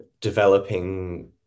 developing